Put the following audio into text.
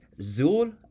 zul